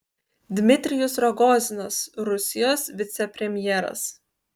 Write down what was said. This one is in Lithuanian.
dmitrijus rogozinas rusijos vicepremjeras